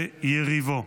ביריבו.